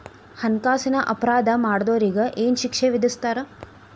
ಹಣ್ಕಾಸಿನ್ ಅಪರಾಧಾ ಮಾಡ್ದೊರಿಗೆ ಏನ್ ಶಿಕ್ಷೆ ವಿಧಸ್ತಾರ?